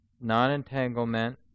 non-entanglement